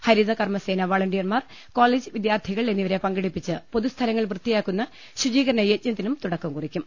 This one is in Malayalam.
ഹരിതകർമ്മസേനാ വളണ്ടിയർമാർ കോളേജ് വിദ്യാർത്ഥികൾ എന്നിവരെ പ്ങ്കെടുപ്പിച്ച് പൊതുസ്ഥലങ്ങൾ വൃത്തിയാക്കുന്ന ശുചീകരണ യജ്ഞത്തിനും തുടക്കം കുറിക്കും